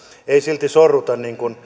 ei silti sorruta